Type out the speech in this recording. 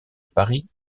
paris